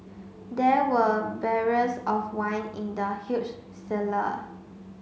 there were barrels of wine in the huge cellar